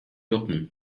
жокмун